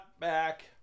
back